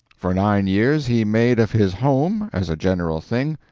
for nine years he made of his home, as a general thing,